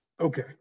okay